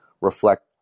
reflect